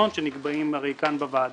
אני פותח את הישיבה.